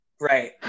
right